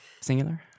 singular